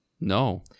no